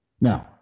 Now